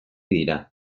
dira